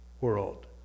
world